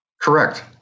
Correct